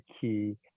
key